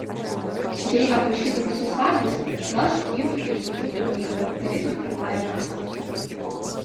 jei aprašytų visus vargus gal šie imtų ir sudžiūtų knygoje tarytum herbariumas